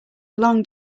long